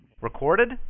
Recorded